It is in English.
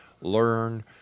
learn